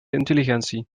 intelligentie